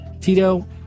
tito